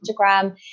Instagram